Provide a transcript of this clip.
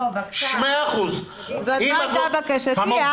זאת לא הייתה בקשתי.